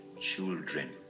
children